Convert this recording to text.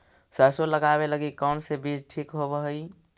सरसों लगावे लगी कौन से बीज ठीक होव हई?